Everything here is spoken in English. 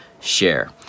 share